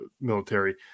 military